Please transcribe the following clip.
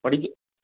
படிக்க